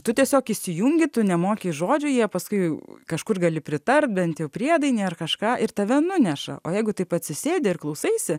tu tiesiog įsijungi tu nemoki žodžių jie paskui kažkur gali pritart bent jau priedainį ar kažką ir tave nuneša o jeigu taip atsisėdi ir klausaisi